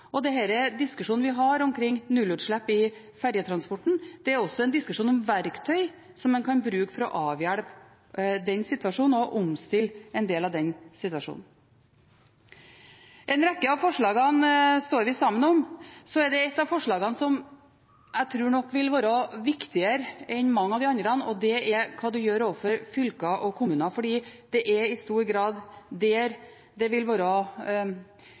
og disse diskusjonene vi har omkring nullutslipp i fergetransporten, er også en diskusjon om verktøy som man kan bruke for å avhjelpe den situasjonen og å omstille en del av den. En rekke av forslagene står vi sammen om. Så er det ett av forslagene som jeg nok tror vil være viktigere enn mange av de andre. Det er hva man gjør overfor fylker og kommuner, for det er i stor grad der det vil være